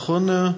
נכון,